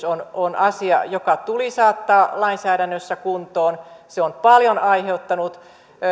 on on asia joka tuli saattaa lainsäädännössä kuntoon se on paljon aiheuttanut